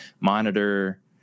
monitor